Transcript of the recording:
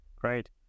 great